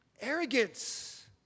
Arrogance